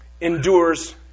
endures